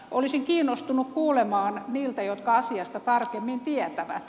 olisin kiinnostunut kuulemaan niiltä jotka asiasta tarkemmin tietävät